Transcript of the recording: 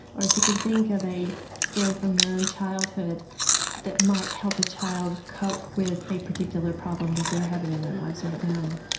or if you can think of a story from your own childhood that might help a child cope with a particular problem that they're having in their lives right now.